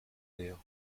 näher